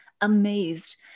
amazed